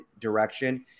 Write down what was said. direction